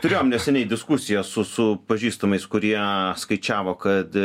turėjom neseniai diskusiją su su pažįstamais kurie skaičiavo kad